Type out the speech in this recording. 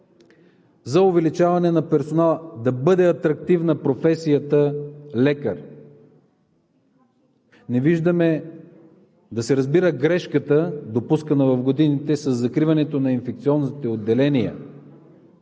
за увеличаване на персонала – да бъде атрактивна професията „лекар“, не виждаме да се разбира грешката, допускана в годините, със закриването на инфекциозните отделения.